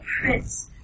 prince